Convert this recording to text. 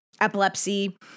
epilepsy